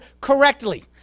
correctly